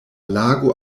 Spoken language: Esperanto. lago